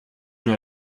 know